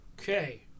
Okay